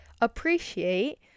appreciate